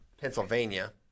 Pennsylvania